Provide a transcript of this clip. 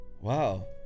Wow